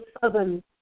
southern